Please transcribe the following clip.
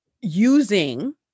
using